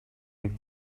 нэг